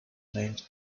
named